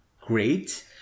great